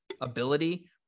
ability